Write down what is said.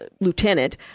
Lieutenant